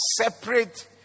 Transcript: separate